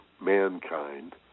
mankind